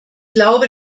glaube